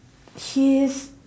he's